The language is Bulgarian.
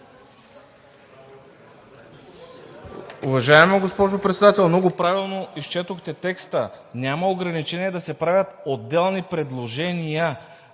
Уважаема госпожо Председател, много правилно изчетохте текста. Няма ограничение да се правят отделни предложения.